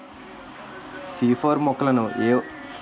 C four మొక్కలను ఏ వాతావరణంలో ఎక్కువ దిగుబడి ఇస్తుంది?